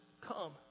come